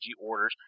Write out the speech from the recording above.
orders